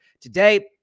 today